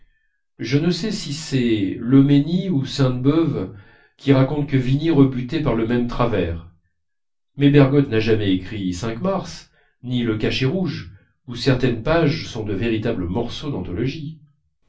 je ne sais si c'est loménie ou sainte-beuve qui raconte que vigny rebutait par le même travers mais bergotte n'a jamais écrit cinq-mars ni le cachet rouge où certaines pages sont de véritables morceaux d'anthologie